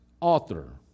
author